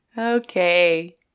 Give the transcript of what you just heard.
Okay